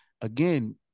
again